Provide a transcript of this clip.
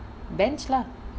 bench lah